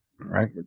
right